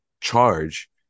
charge